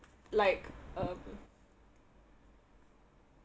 like um